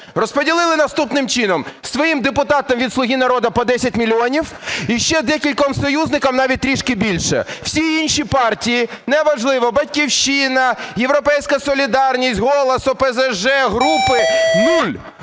розподілили наступним чином. Своїм депутатам від "Слуги народу" - по 10 мільйонів, і ще декільком союзникам навіть трішки більше. Всі інші партії, неважливо – "Батьківщина", "Європейська солідарність", "Голос", ОПЗЖ, групи – нуль!